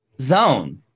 zone